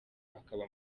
akaba